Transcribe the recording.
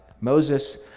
Moses